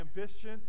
ambition